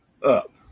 up